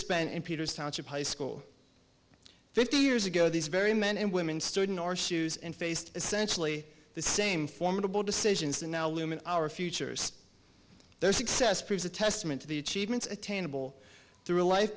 spent in peter's township high school fifty years ago these very men and women stood in our shoes and faced essentially the same formidable decisions to now limit our futures their success proves a testament to the achievements attainable through life